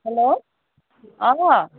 hello অঁ